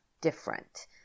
different